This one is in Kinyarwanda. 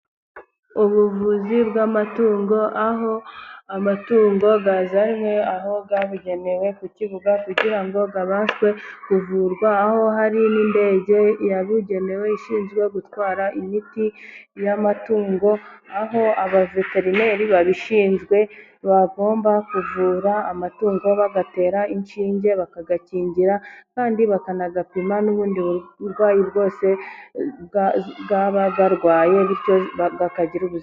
Ubuvuzi bw'amatungo aho amatungo yazanywe aho yabigenewe ku kibuga kugira ngo abashwe kuvurwa aho hari n'indege yabugenewe ishinzwe gutwara imiti y'amatungo, aho abaveterineri babishinzwe bagomba kuvura amatungo bagatera inshinge, bakayakingira kandi bakanayapima n'ubundi burwayi bwose yaba arwaye bityo akagira ubuzima.